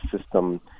system